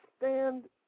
stand